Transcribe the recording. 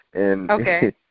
Okay